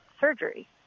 surgery